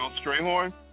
Strayhorn